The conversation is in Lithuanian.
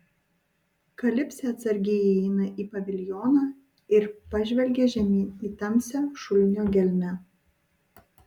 kalipsė atsargiai įeina į paviljoną ir pažvelgia žemyn į tamsią šulinio gelmę